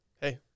Hey